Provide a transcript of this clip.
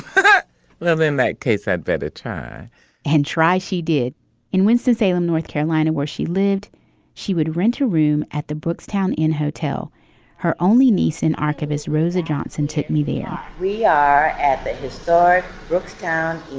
but live in that case i'd better try and try she did in winston-salem north carolina where she lived she would rent a room at the books town in hotel her only niece an archivist rosa johnson take me there. yeah we are at the historic brooks town.